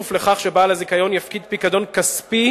כפוף לכך שבעל הזיכיון יפקיד פיקדון כספי